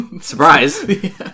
Surprise